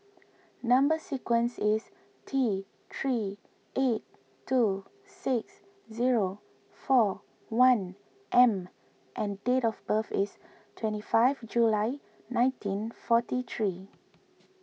Number Sequence is T three eight two six zero four one M and date of birth is twenty five July nineteen forty three